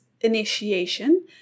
initiation